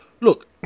look